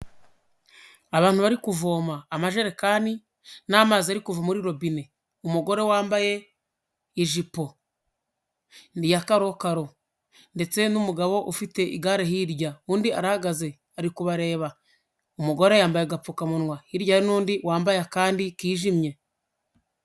Abantu bari kuvoma. Amajerekani, n'amazi ari kuva muri robine. Umugore wambaye ijipo. Ni iya karokaro ndetse n'umugabo ufite igare hirya. Undi arahagaze ari kubareba. Umugore yambaye agapfukamunwa. Hirya hari n'undi wambaye akandi kijimye.